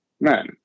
men